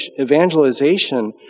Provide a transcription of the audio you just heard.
evangelization